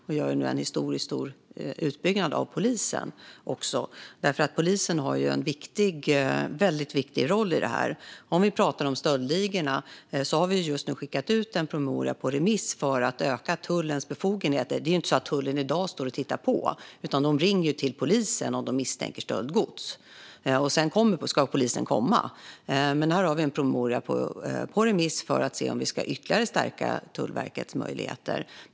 Vi gör nu också en historiskt stor utbyggnad av polisen, för polisen har ju en väldigt viktig roll här. När det gäller stöldligorna har vi just skickat ut en promemoria på remiss om att öka tullens befogenheter. Det är inte så att tullen i dag står och tittar på, utan de ringer ju till polisen om de misstänker stöldgods, och sedan ska polisen komma. Vi har nu en promemoria på remiss för att se om vi ska stärka Tullverkets möjligheter ytterligare.